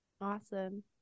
Awesome